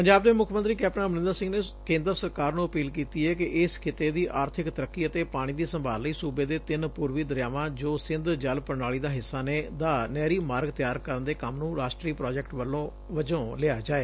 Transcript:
ਪੰਜਾਬ ਦੇ ਮੁੱਖ ਮੰਤਰੀ ਕੈਪਟਨ ਅਮਰੰਦਰ ਸਿੰਘ ਨੇ ਕੇਂਦਰ ਸਰਕਾਰ ਨੂੰ ਅਪੀਲ ਕੀਤੀ ਏ ਕਿ ਇਸ ਖਿੱਤੇ ਦੀ ਆਰਬਿਕ ਤਰੱਕੀ ਅਤੇ ਪਾਣੀ ਦੀ ਸੰਭਾਲ ਲਈ ਸੂਬੇ ਦੇ ਤਿੰਨ ਪੂਰਬੀ ਦਰਿਆਵਾਂ ਜੋ ਸਿੰਧ ਜਲ ਪ੍ਣਾਲੀ ਦਾ ਹਿੱਸਾ ਨੇ ਦਾ ਨਹਿਰੀ ਮਾਰਗ ਤਿਆਰ ਕਰਨ ਦੇ ਕੰਮ ਨੂੰ ਰਾਸਟਰੀ ਪ੍ਾਜੈਕਟ ਵਜੋਂ ਲਿਆ ਜਾਏ